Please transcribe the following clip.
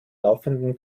laufenden